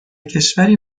کشوری